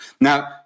Now